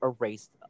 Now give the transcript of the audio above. erased